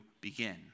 begin